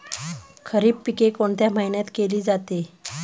खरीप पिके कोणत्या महिन्यात केली जाते?